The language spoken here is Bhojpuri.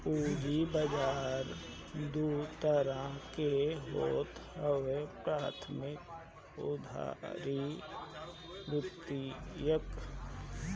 पूंजी बाजार दू तरह के होत हवे प्राथमिक अउरी द्वितीयक